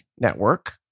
network